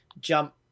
jump